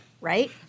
right